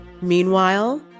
Meanwhile